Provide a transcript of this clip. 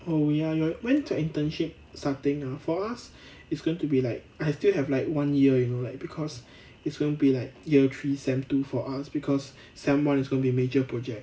oh ya ya when's your internship starting ah for us it's going to be like I still have like one year you know like because it's gonna be like year three sem two for us because sem one is going to be major project